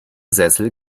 sessel